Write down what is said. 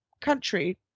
country